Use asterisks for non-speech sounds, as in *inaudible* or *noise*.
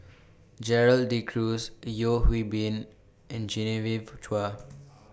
Gerald De Cruz Yeo Hwee Bin and Genevieve Chua *noise*